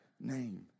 name